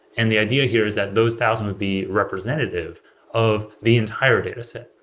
and the idea here is that those thousand would be representative of the entire data set.